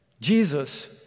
Jesus